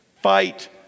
Fight